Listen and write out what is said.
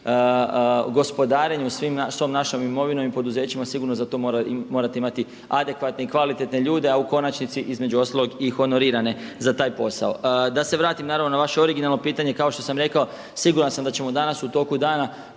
gospodarenju svom našom imovinom i poduzećima sigurno za to morate imati adekvatne i kvalitetne ljude, a u konačnici između ostalog i honorirane za taj posao. Da se vratim na vaše originalno pitanje, kao što sam rekao siguran sam da ćemo danas u toku dana